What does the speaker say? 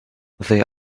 there